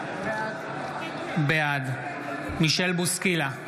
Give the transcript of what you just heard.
בעד מישל בוסקילה,